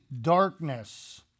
darkness